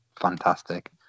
fantastic